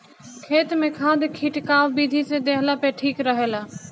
खेत में खाद खिटकाव विधि से देहला पे ठीक रहेला